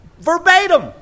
Verbatim